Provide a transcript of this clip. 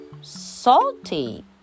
salty